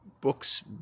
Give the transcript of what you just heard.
books